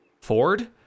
ford